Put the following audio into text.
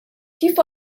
kif